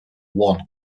one